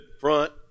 front